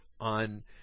on